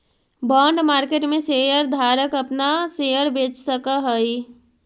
bond market में share धारक अपना शेयर बेच सकऽ हई